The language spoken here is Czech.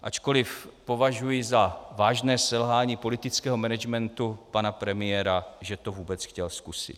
Ačkoliv považuji za vážné selhání politického managementu pana premiéra, že to vůbec chtěl zkusit.